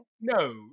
No